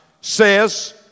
says